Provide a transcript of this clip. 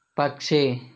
పక్షి